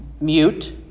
mute